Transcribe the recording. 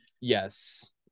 yes